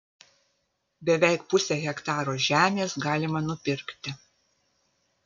beveik pusę hektaro žemės galima nupirkti